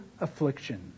affliction